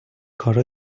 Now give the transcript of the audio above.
کارا